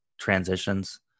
transitions